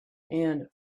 and